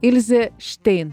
ilzė štein